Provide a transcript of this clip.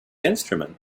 instrument